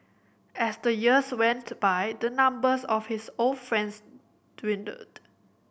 as the years went to by the numbers of his old friends dwindled